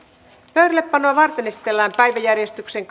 pöydällepanoa varten esitellään päiväjärjestyksen